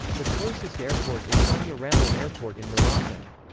the closest airport is sania ramel airport in morocco.